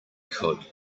could